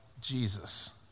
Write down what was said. Jesus